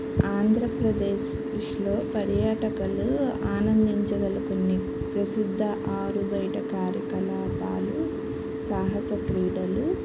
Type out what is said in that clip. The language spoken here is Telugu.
ఆంధ్రప్రదేశ్ ఇష్లో పర్యాటకలు ఆనందించగల కొన్ని ప్రసిద్ధ ఆరుబయట కార్యకలాపాలు సాహస క్రీడలు